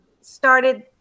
started